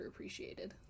underappreciated